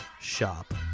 shop